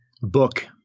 book